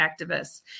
activists